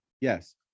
Yes